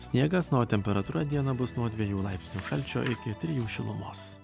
sniegas na o temperatūra dieną bus nuo dviejų laipsnių šalčio iki trijų šilumos